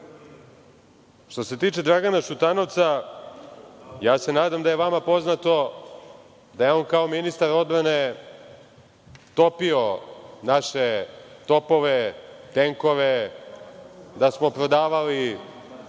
se tiče Dragana Šutanovca, ja se nadam da je vama poznato da je on kao ministar odbrane topio naše topove, tenkove, da smo prodavali